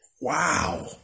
Wow